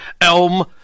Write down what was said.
elm